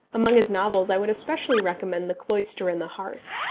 among his novels i would especially recommend the cloister and the hearth.